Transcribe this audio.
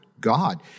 God